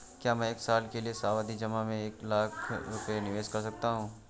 क्या मैं एक साल के लिए सावधि जमा में एक लाख रुपये निवेश कर सकता हूँ?